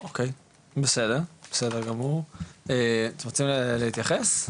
אוקי, בסדר, אתם רוצים אולי להתייחס?